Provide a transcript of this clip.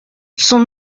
son